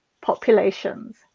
populations